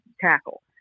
tackle